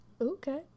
okay